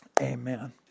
amen